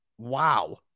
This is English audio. Wow